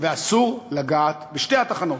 ואסור לגעת בשתי התחנות,